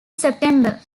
september